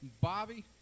Bobby